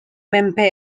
menpe